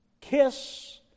kiss